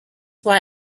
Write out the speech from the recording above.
why